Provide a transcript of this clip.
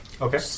Okay